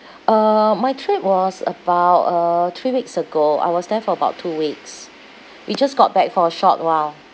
uh my trip was about uh three weeks ago I was there for about two weeks we just got back for a short while